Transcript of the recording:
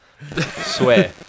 Swear